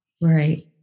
Right